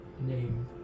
name